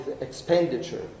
expenditure